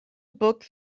book